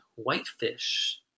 Whitefish